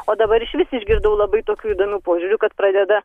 o dabar išvis išgirdau labai tokių įdomių požiūrių kad pradeda